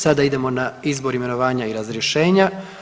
Sada idemo na izbor, imenovanja i razrješenja.